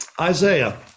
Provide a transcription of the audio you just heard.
Isaiah